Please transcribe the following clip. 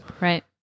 Right